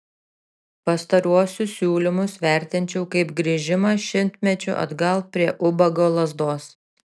pastaruosius siūlymus vertinčiau kaip grįžimą šimtmečiu atgal prie ubago lazdos